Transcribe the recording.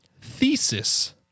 thesis